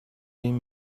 این